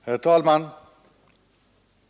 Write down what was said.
Herr talman!